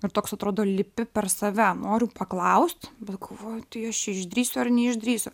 ir toks atrodo lipi per save noriu paklaust bet galvoju tai aš čia išdrįsiu ar neišdrįsiu